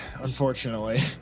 unfortunately